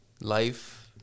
life